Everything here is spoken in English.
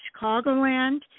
Chicagoland